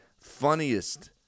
funniest